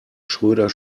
schröder